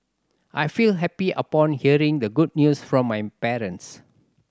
I felt happy upon hearing the good news from my parents